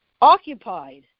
occupied